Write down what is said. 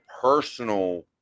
personal